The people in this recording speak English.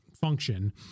function